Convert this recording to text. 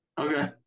Okay